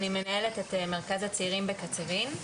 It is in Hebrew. אני מנהלת את מרכז הצעירים בקצרין.